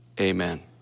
Amen